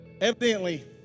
Evidently